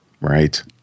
Right